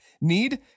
Need